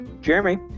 Jeremy